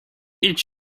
idź